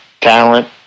talent